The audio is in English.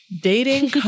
dating